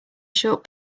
short